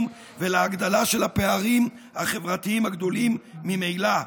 ולהגדלה של הפערים החברתיים הגדולים ממילא.